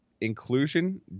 inclusion